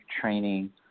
training